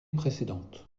précédente